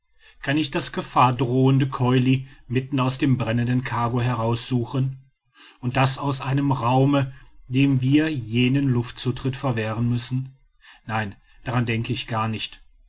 kann ich das gefahrdrohende colli mitten aus dem brennenden cargo heraussuchen und das aus einem raume dem wir jeden luftzutritt verwehren müssen nein daran denke ich gar nicht